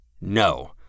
No